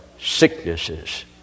sicknesses